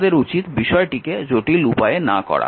আমাদের উচিত বিষয়টিকে জটিল উপায়ে না করা